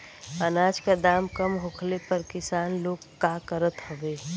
अनाज क दाम कम होखले पर किसान लोग का करत हवे?